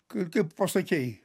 kad taip pasakei